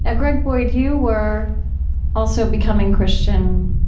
ah greg boyd, you were also becoming christian,